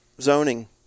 zoning